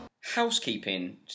Housekeeping